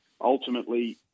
Ultimately